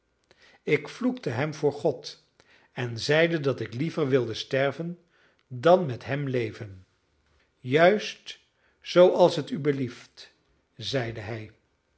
ik vloekte hem voor god en zeide dat ik liever wilde sterven dan met hem leven juist zooals het u belieft zeide hij